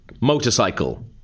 Motorcycle